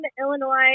Illinois